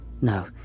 No